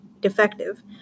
defective